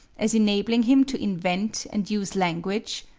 as enabling him to invent and use language,